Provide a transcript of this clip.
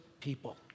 people